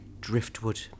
driftwood